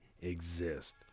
exist